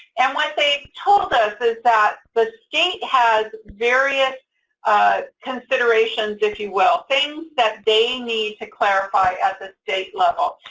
and what they told us is that the state has various considerations, if you will, things that they need to clarify at the state level.